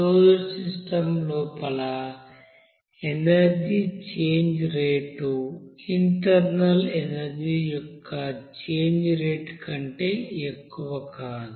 closed system లోపల energy change rate internal energy యొక్క change rate కంటే ఎక్కువ కాదు